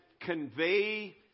convey